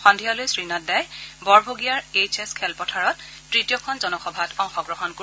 সন্ধিয়ালৈ শ্ৰী নাড্ডাই বৰভগীয়াৰ এইছ এচ খেলপথাৰত তৃতীয়খন জনসভাত অংশগ্ৰহণ কৰিব